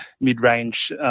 mid-range